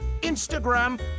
Instagram